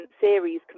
series